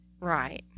Right